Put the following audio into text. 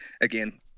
again